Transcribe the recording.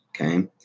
okay